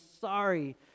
sorry